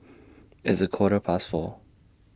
its A Quarter Past four